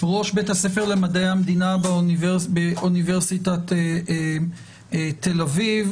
ראש בית הספר למדעי המדינה באוניברסיטת תל אביב.